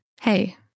hey